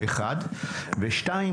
ושאלה שנייה,